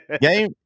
Game